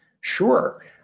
Sure